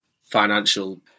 financial